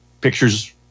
pictures